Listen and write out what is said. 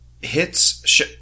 hits